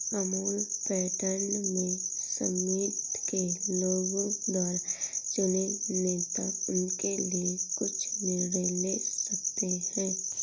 Amul pattern में समिति के लोगों द्वारा चुने नेता उनके लिए कुछ निर्णय ले सकते हैं